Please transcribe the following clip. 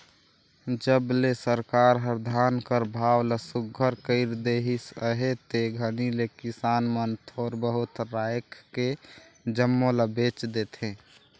जब ले सरकार हर धान कर भाव ल सुग्घर कइर देहिस अहे ते घनी ले किसान मन थोर बहुत राएख के जम्मो ल बेच देथे